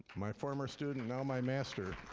my former student, now my master.